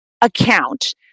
account